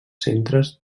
centres